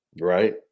right